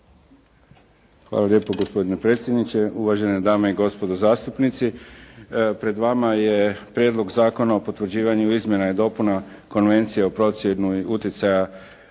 Hvala lijepo gospodine predsjedniče. Uvažene dame i gospodo zastupnici. Pred vama je Prijedlog zakona o potvrđivanju Izmjena i dopuna Konvencije o procjeni utjecaja